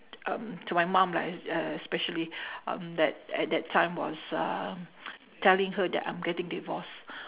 um to my mum like es~ uh especially um that at that time was uh telling her that I'm getting divorced